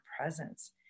presence